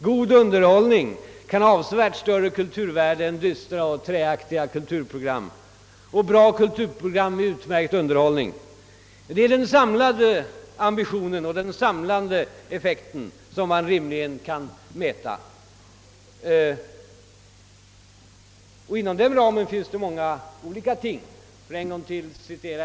God underhållning kan ha avsevärt större kulturvärde än dystra och träaktiga kulturprogram, och bra kulturprogram kan vara utmärkt underhållning. Det är den samlade ambitionen och den samlande effekten som man rimligen kan mäta. Inom den ramen finns det många olika ting.